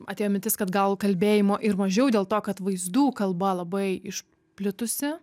atėjo mintis kad gal kalbėjimo ir mažiau dėl to kad vaizdų kalba labai išplitusi